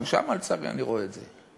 גם שם לצערי אני רואה את זה,